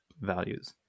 values